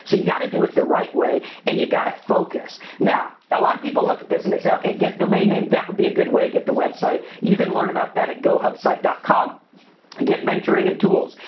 so you gotta do it the right way and you gotta focus. now, a lot of people look at this and they say, okay, get domain name that would be a good way, get the website. you can learn about that at gohubsite dot com and get mentoring and tools.